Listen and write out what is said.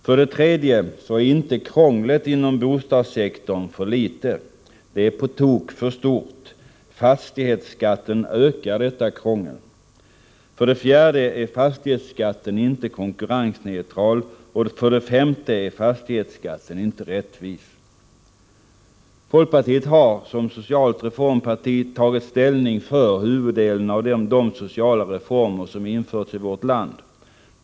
För det tredje är inte krånglet inom bostadssektorn för litet. Det är på tok för stort. Fastighetsskatten ökar detta krångel. För det fjärde är fastighetsskatten inte konkurrensneutral. För det femte är fastighetsskatten inte rättvis. Folkpartiet har som socialt reformparti tagit ställning för huvuddelen av de sociala reformer som har införts i vårt land.